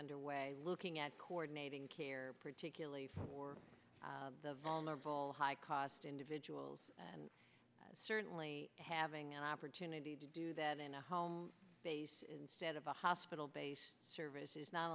underway looking at coordinating care particularly for the vulnerable high cost individuals and certainly having an opportunity to do that in a home base instead of a hospital based services kno